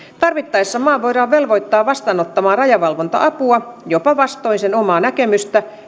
tarvittaessa maa voidaan velvoittaa vastaanottamaan rajavalvonta apua jopa vastoin sen omaa näkemystä